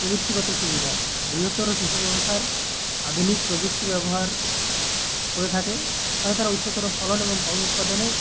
প্রযুক্তিগত সুবিধা বৃহত্তর কৃষি ব্যবসার আধুনিক প্রযুক্তি ব্যবহার করে থাকে ফলে তারা উচ্চতর ফলন এবং কম উৎপাদনে